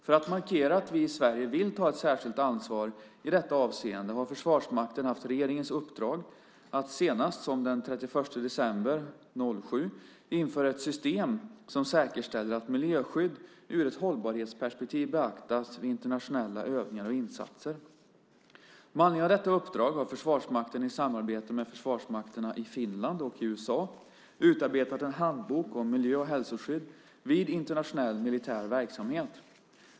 För att markera att vi i Sverige vill ta ett särskilt ansvar i detta avseende har Försvarsmakten haft regeringens uppdrag att senast den 31 december 2007 införa ett system som säkerställer att miljöskydd ur ett hållbarhetsperspektiv beaktas vid internationella övningar och insatser. Med anledning av detta uppdrag har Försvarsmakten i samarbete med försvarsmakterna i Finland och USA utarbetat en handbok om miljö och hälsoskydd vid internationell militär verksamhet.